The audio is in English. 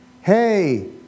hey